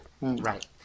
Right